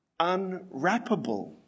unwrappable